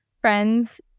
friends